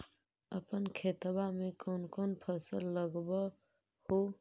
अपन खेतबा मे कौन कौन फसल लगबा हू?